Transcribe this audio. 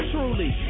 Truly